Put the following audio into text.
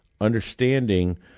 understanding